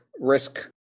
risk